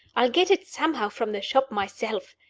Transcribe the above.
i'll get it somehow from the shop, myself.